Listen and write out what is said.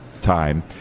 time